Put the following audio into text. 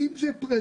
אם זה פרטי,